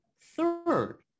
Third